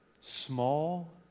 small